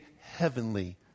heavenly